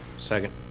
second.